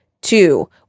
Two